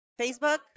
Facebook